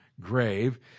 grave